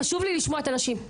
חשוב לי לשמוע את הנשים.